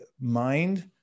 mind